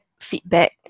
feedback